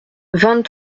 vingt